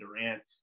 Durant